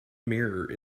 mirror